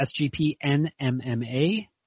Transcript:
SGPNMMA